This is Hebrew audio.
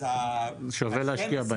אז --- שווה להשקיע בהם,